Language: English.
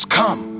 come